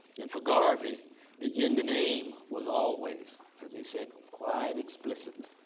and for garvey the in the name was always, as he said quite explicitly.